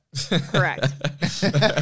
correct